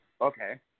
Okay